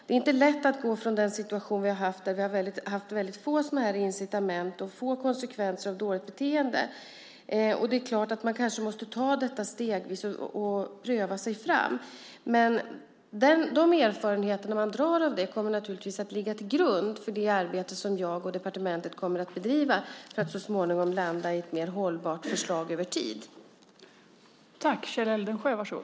Det är inte lätt att gå från den situation vi haft med mycket få incitament och konsekvenser av dåligt beteende. Det är klart att man kanske måste ta det stegvis och pröva sig fram. De erfarenheter man får kommer naturligtvis att ligga till grund för det arbete som jag och departementet kommer att bedriva för att så småningom landa i ett förslag som blir mer hållbart över tid.